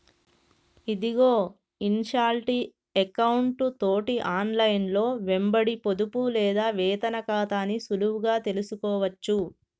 ఇదిగో ఇన్షాల్టీ ఎకౌంటు తోటి ఆన్లైన్లో వెంబడి పొదుపు లేదా వేతన ఖాతాని సులువుగా తెలుసుకోవచ్చు